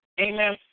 amen